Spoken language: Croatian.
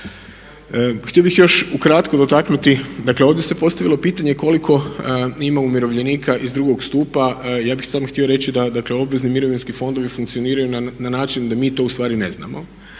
Htio bih još ukratko dotaknuti, dakle ovdje se postavilo pitanje koliko ima umirovljenika iz drugog stupa, ja bih samo htio reći da dakle obvezni mirovinski fondovi funkcioniraju na način da mi to ustvari ne znamo.